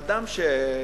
פרופורציה כזו שאדם שעובד,